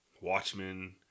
Watchmen